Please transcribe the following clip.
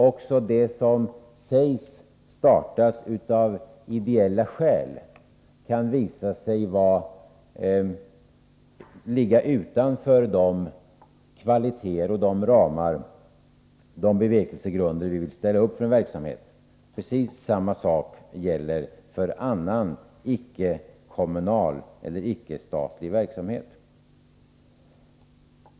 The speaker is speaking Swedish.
Också de daghem som sägs startas av ideella skäl kan visa sig ligga utanför de kvalitetsramar och de bevekelsegrunder som vi kräver. Precis samma sak gäller för annan icke-kommunal eller icke-statlig verksamhet.